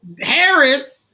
Harris